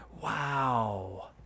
Wow